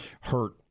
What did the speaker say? hurt